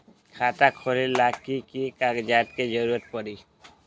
खाता खोले ला कि कि कागजात के जरूरत परी?